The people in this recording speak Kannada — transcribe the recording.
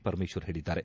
ಪರಮೇಶ್ವರ್ ಹೇಳಿದ್ದಾರೆ